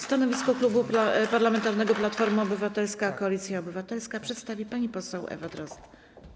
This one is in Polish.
Stanowisko Klubu Parlamentarnego Platforma Obywatelska - Koalicja Obywatelska przedstawi pani poseł Ewa Drozd.